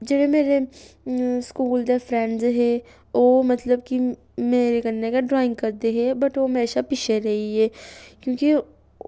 जेह्ड़े मेरे स्कूल दे फ्रैंड्स हे ओह् मतलब कि मेरे कन्नै गै ड्राइंग करदे हे ते बट ओह् मेरे शा पिच्छें रेही गे क्योंकि ओह्